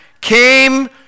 came